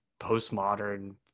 postmodern